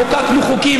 חוקקנו חוקים,